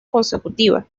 consecutiva